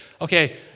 okay